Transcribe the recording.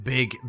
Big